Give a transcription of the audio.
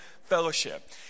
fellowship